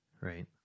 right